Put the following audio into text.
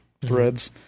threads